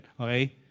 okay